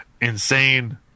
insane